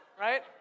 right